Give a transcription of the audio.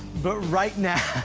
but right now.